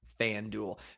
FanDuel